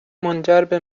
منجربه